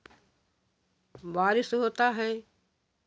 बारिश होता है